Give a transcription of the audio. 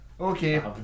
Okay